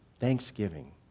Thanksgiving